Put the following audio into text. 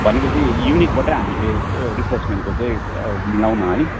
भनेपछि युनिकबाटै हामीले रिफ्रेसमेन्टको चाहिँ मिलाऊँ न है